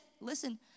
Listen